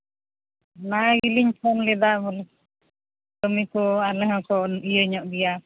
ᱚᱱᱟ ᱜᱮᱞᱤᱧ ᱯᱷᱳᱱ ᱞᱮᱫᱟ ᱵᱚᱞᱮ ᱠᱟᱹᱢᱤ ᱠᱚ ᱟᱞᱮ ᱦᱚᱸᱛᱚ ᱤᱭᱟᱹ ᱧᱚᱜ ᱜᱮᱭᱟ